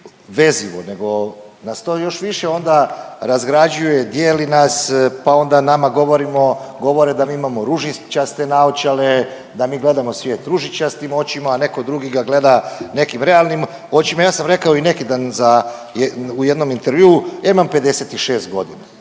vezivo nego nas to još više razgrađuje, dijeli nas, pa onda nama govore da mi imamo ružičaste naočale, da mi gledamo svijet ružičastim očima, a neko drugi ga gleda nekim realnim očima. Ja sam rekao i neki dan u jednom intervjuu, ja imam 56 godina